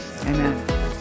Amen